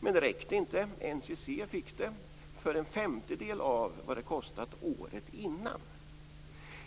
Men det räckte inte. NCC fick uppdraget för en femtedel av vad det kostade året innan.